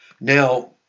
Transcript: Now